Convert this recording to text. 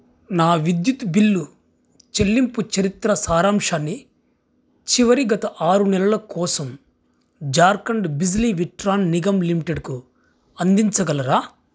నా విద్యుత్ బిల్లు చెల్లింపు చరిత్ర సారాంశాన్ని చివరి గత ఆరు నెలల కోసం జార్ఖండ్ బిజ్లీ విట్రాన్ నిగమ్ లిమిటెడ్కు అందించగలరా